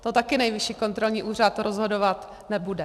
To taky Nejvyšší kontrolní úřad rozhodovat nebude.